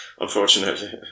unfortunately